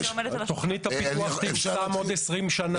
תכנית הפיתוח עוד 20 שנה